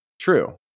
true